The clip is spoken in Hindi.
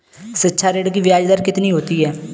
शिक्षा ऋण की ब्याज दर कितनी होती है?